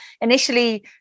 initially